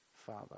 Father